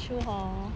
true hor